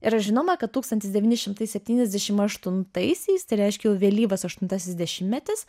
yra žinoma kad tūkstantis devyni šimtai septyniasdešimt aštuntaisiais tai reiškia jau vėlyvas aštuntasis dešimtmetis